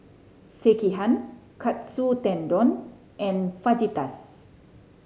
Sekihan Katsu Tendon and Fajitas